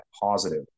positive